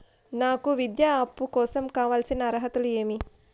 నాకు విద్యా అప్పు కోసం కావాల్సిన అర్హతలు ఏమి?